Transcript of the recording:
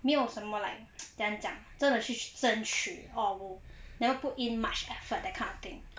没有什么 like 怎样讲真的去争取 or will never put in much effort that kind of thing